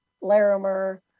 Larimer